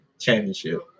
championship